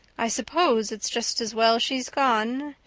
i suppose it's just as well she's gone,